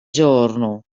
giorno